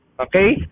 okay